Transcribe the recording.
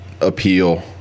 appeal